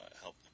help